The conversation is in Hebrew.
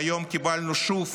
והיום קיבלנו שוב